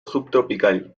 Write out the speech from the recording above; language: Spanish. subtropical